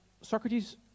Socrates